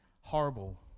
Horrible